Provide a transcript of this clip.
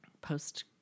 post